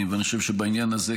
בעניין הזה,